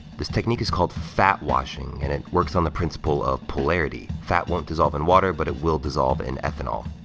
this technique is called fat washing, and it works on the principle of polarity. fat won't dissolve in water, but it will dissolve in ethanol.